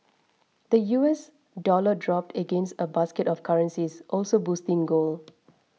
the U S dollar dropped against a basket of currencies also boosting gold